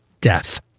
death